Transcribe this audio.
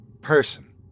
person